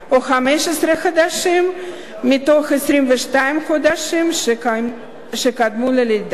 או 15 חודשים מתוך 22 החודשים שקדמו ללידה.